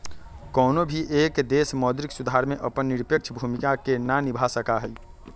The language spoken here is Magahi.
कौनो भी एक देश मौद्रिक सुधार में अपन निरपेक्ष भूमिका के ना निभा सका हई